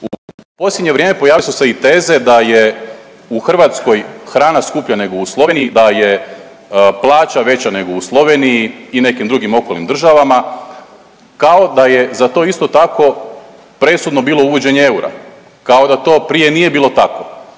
U posljednje vrijeme pojavile su se i teze i da je u Hrvatskoj hrana skuplja nego u Sloveniji, da je plaća veća nego u Sloveniji i nekim drugim okolnim državama, kao da je za to isto tako presudno bilo uvođenje eura, kao da to prije nije bilo tako.